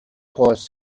cause